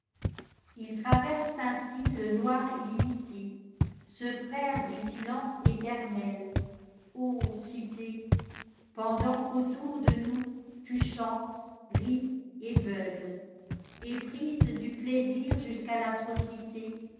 ils traversent ainsi le noir illimité ce frère du silence éternel cité pendant qu'autour de nous tu chantes ris et beugles éprise du plaisir jusqu'à l'atrocité